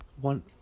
one